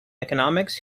economics